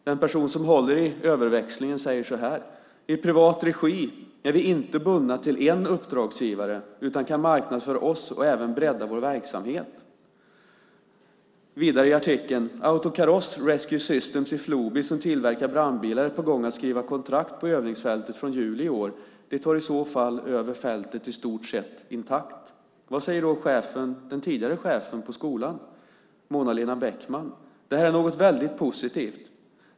Den person som håller i överväxlingen säger så här: "I privat regi är vi inte bundna till en uppdragsgivare utan kan marknadsföra oss och även bredda vår verksamhet." Vidare i artikeln: "Autokaross Rescue Systems i Floby, som tillverkar brandbilar, är på gång att skriva kontrakt på övningsfältet från juli i år. De tar i så fall över fältet i stort sett intakt." Vad säger då den tidigare chefen på skolan, Mona-Lena Beckman? "Det här är något väldigt positivt.